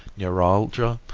neuralgia,